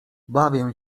bawię